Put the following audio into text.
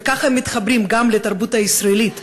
וככה הם מתחברים גם לתרבות הישראלית,